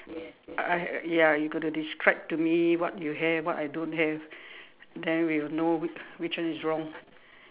alright ya you got to describe to me what you have what I don't have then we will know whi~ which one is wrong